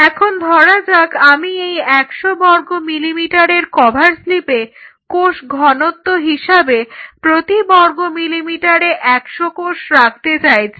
এখন ধরা যাক আমি এই 100 বর্গ মিলিমিটারের কভার স্লিপে কোষ ঘনত্ব হিসাবে প্রতি বর্গ মিলিমিটারে 100 কোষ রাখতে চাইছি